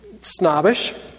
Snobbish